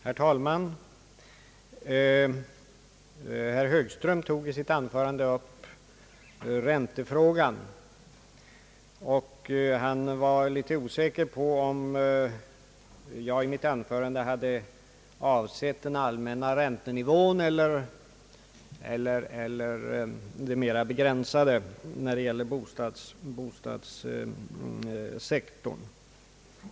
Herr talman! Herr Johansson tog i sitt anförande upp räntefrågan. Han var osäker på om jag i mitt anförande hade avsett den allmänna räntenivån eller den mera begränsade när det gäller bostadssektorn.